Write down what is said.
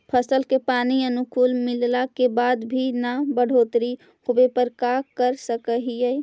फसल के पानी अनुकुल मिलला के बाद भी न बढ़ोतरी होवे पर का कर सक हिय?